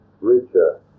richer